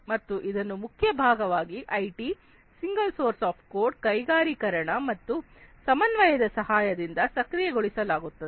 ಮತ್ತು ಇದನ್ನು ಮುಖ್ಯ ಭಾಗಗಳಾದ IT single source of truth ಕೈಗಾರಿಕರಣ ಮತ್ತು ಸಮನ್ವಯದ ಸಹಾಯದಿಂದ ಸಕ್ರಿಯಗೊಳಿಸಲಾಗುತ್ತದೆ